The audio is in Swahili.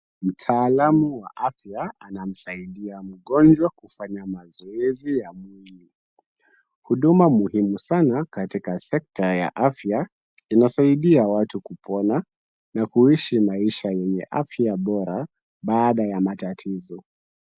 Mtaalamu wa afya anamsaidia mgonjwa kufanya mazoezi ya mwili, huduma muhimu sana katika sekta ya afya. Inasaidia watu kupona na kuishi maisha yenye afya bora baada ya matatizo.